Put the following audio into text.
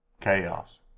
Chaos